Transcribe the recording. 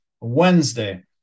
Wednesday